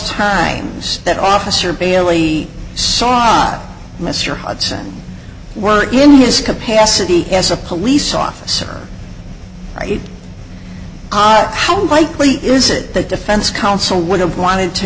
times that officer bailey shot and mr hudson were in his capacity as a police officer right how likely is it that defense counsel would have wanted to